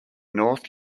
north